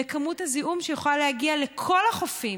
וכמות הזיהום שיכולה להגיע לכל החופים,